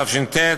התש"ט,